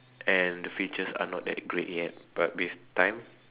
and features are not that great yet but with time